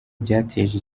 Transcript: byateje